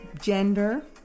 gender